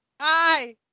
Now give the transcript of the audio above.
Hi